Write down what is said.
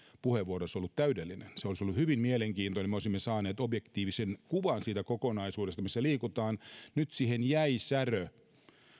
olisi ollut täydellinen se olisi ollut hyvin mielenkiintoinen me olisimme saaneet objektiivisen kuvan siitä kokonaisuudesta missä liikutaan nyt siihen jäi särö